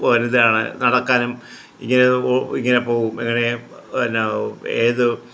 ഒരിതാണ് നടക്കാനും ഇങ്ങനെ ഓ ഇങ്ങനെ പോകും എങ്ങനെ പിന്നെ ഏത്